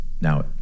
now